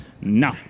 No